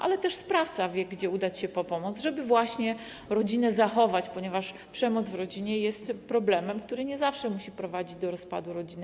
Ale też sprawca wie, gdzie udać się po pomoc, żeby można było rodzinę zachować, ponieważ przemoc w rodzinie jest problemem, który nie zawsze musi prowadzić do rozpadu rodziny.